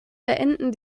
beenden